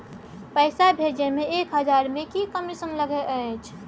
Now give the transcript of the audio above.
पैसा भैजे मे एक हजार मे की कमिसन लगे अएछ?